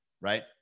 Right